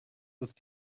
ist